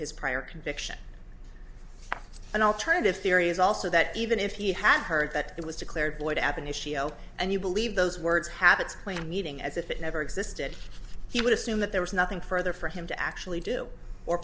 his prior conviction an alternative theory is also that even if he had heard that it was declared void ab initio and you believe those words have it's play meeting as if it never existed he would assume that there was nothing further for him to actually do or